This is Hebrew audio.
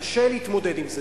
קשה להתמודד עם זה.